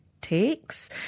takes